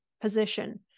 position